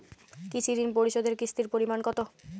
কৃষি ঋণ পরিশোধের কিস্তির পরিমাণ কতো?